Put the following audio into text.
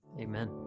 Amen